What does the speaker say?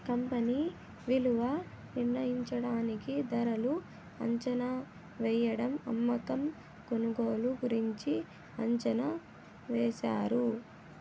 company విలువ నిర్ణయించడానికి ధరలు అంచనావేయడం అమ్మకం కొనుగోలు గురించి అంచనా వేశారు